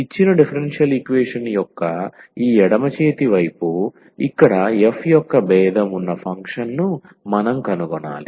ఇచ్చిన differential equation యొక్క ఈ ఎడమ చేతి వైపు ఇక్కడ f యొక్క భేదం ఉన్న ఫంక్షన్ను మనం కనుగొనాలి